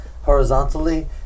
horizontally